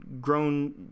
grown